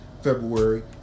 February